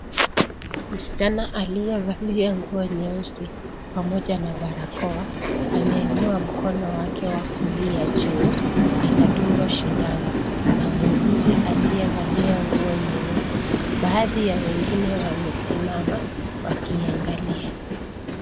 Msichana aliyevalia nguo nyeusi pamoja na barakoa ameinua mkono wake wa kulia juu, anadungwa shindano na muuguzi aliyevalia nguo nyeupe. Baadhi ya wengine wamesimama, wakiangalia.